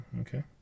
okay